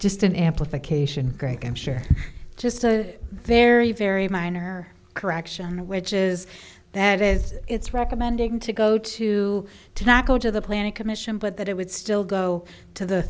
just an amplification break i'm sure just so very very minor correction which is that is it's recommending to go to to not go to the planning commission but that it would still go to the